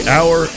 Hour